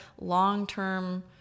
long-term